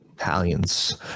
italians